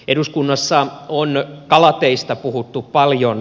eduskunnassa on kalateistä puhuttu paljon